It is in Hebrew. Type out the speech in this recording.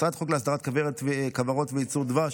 הצעת חוק להסדרת כוורות וייצור דבש,